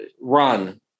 run